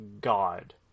god